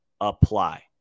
apply